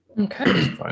Okay